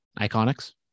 Iconics